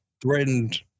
threatened